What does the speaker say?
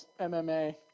MMA